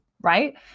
right